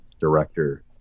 director